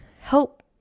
help